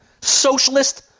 socialist